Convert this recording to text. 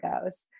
goes